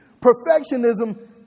perfectionism